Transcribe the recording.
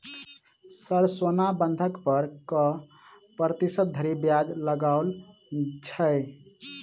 Sir सोना बंधक पर कऽ प्रतिशत धरि ब्याज लगाओल छैय?